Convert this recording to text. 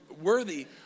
worthy